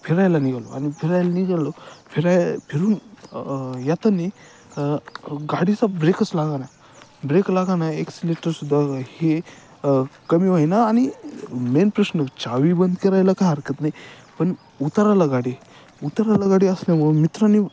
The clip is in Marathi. फिरायला निघालो आणि फिरायला निघालो फिरायला फिरून येताना गाडीचा ब्रेकच लागेना ब्रेक लागेना एक्सिलेटरसुद्धा हे कमी होई ना आणि मेन प्रश्न चावी बंद करायला काय हरकत नाही पण उताराला गाडी उताराला गाडी असल्यामुळ मित्रानी